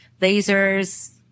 lasers